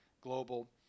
global